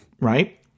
right